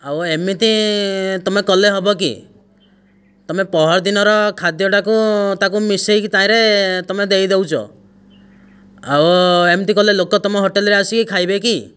ଆଉ ଏମିତି ତମେ କଲେ ହବକି ତମେ ପହରଦିନର ଖାଦ୍ୟଟାକୁ ତାକୁ ମିଶେଇକି ତାହିରେ ତମେ ଦେଇଦେଉଛ ଆଉ ଏମିତି କଲେ ଲୋକ ତମ ହୋଟେଲରେ ଆସିକି ଖାଇବେ କି